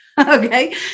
Okay